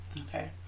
okay